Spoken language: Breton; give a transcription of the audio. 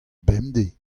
bemdez